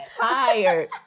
Tired